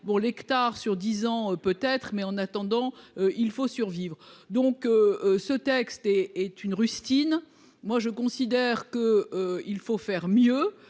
l'hectare sur 10 ans peut être, mais en attendant il faut survivre. Donc, ce texte est est une rustine. Moi je considère que il faut faire mieux.